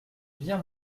bien